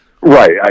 Right